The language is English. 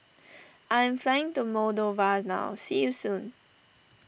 I am flying to Moldova now see you soon